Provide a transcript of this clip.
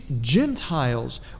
Gentiles